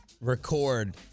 record